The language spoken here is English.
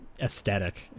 aesthetic